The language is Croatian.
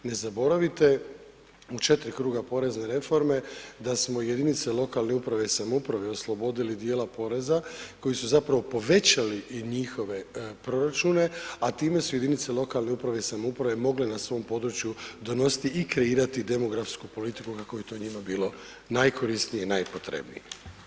Ne zaboravite u 4 kruga porezne reforme da smo jedinice lokale uprave i samouprave oslobodili dijela poreza koji su zapravo povećali i njihove proračune, a time su jedinice lokalne uprave i samouprave mogle na svom području donositi i kreirati i demografsku politiku kako je to njima bilo najkorisnije i najpotrebnije.